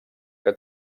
que